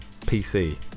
PC